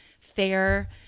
fair